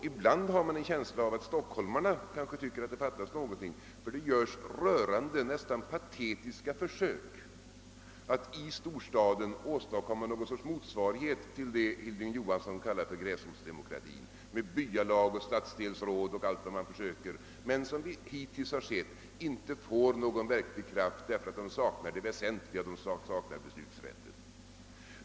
Ibland har man en känsla av att stockholmarna kanske tycker att det fattas någonting, eftersom det görs rörande, nästan patetiska, försök att i storstaden åstadkomma någon sorts motsvarighet till vad Hilding Johansson kallar gräsrotsdemokrati — med byalag, stadsdelsråd och allt möjligt, som dock hittills inte fått någon verklig kraft därför att det väsentliga saknas, nämligen beslutsrätten.